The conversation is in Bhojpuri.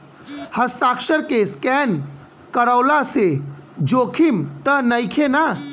हस्ताक्षर के स्केन करवला से जोखिम त नइखे न?